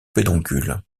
pédoncules